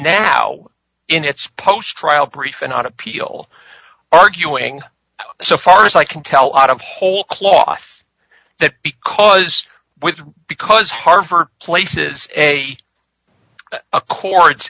now in its post trial brief and out appeal arguing so far as i can tell out of whole cloth that because with because harvard places a accords